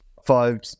five